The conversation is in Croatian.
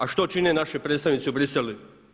A što čine naši predstavnici u Bruxellesu?